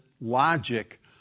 logic